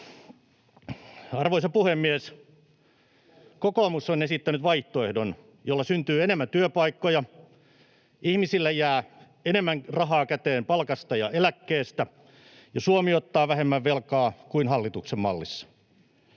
Arvoisa puhemies! Kokoomus on esittänyt vaihtoehdon, jolla syntyy enemmän työpaikkoja, ihmisille jää enemmän rahaa käteen palkasta ja eläkkeestä ja Suomi ottaa vähemmän velkaa kuin hallituksen mallissa.